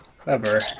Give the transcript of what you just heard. Clever